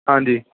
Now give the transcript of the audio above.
ਹਾਂਜੀ